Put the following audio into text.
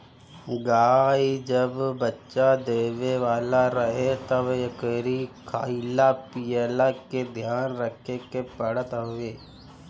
गाई जब बच्चा देवे वाला रहे तब एकरी खाईला पियला के ध्यान रखे के पड़त हवे